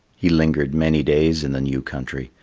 he lingered many days in the new country,